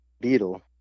beetle